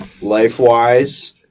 Life-wise